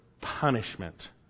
punishment